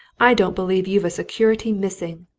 i don't believe you've a security missing!